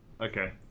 Okay